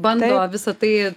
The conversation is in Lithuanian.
bando visa tai